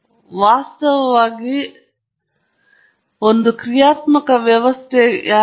ಆದ್ದರಿಂದ ಶೀತಕ ಹರಿವನ್ನು ನಿರ್ಣಾಯಕ ಸಂಕೇತ ಅಥವಾ ವೇರಿಯಬಲ್ ಎಂದು ಪರಿಗಣಿಸಲಾಗುತ್ತದೆ ಈ ಸಂದರ್ಭದಲ್ಲಿ ರೆಪ್ರೆಸರ್ ನಿಖರವಾಗಿ ತಿಳಿದಿರುತ್ತದೆ